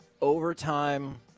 overtime